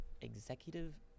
executive